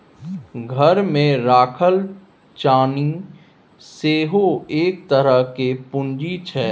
घरमे राखल चानी सेहो एक तरहक पूंजी छै